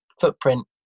footprint